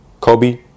Kobe